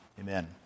amen